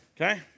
okay